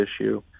issue